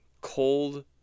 cold